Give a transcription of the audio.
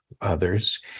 others